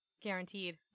Guaranteed